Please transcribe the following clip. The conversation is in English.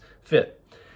fit